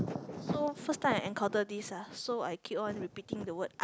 so first time I encounter this ya so I keep on repeating the word